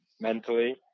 mentally